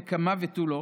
נקמה ותו לא,